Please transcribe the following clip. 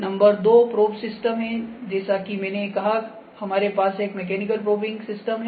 number 2 probe system है जैसा कि मैंने कहा कि हमारे पास एक मैकेनिकल प्रोबिंग सिस्टम है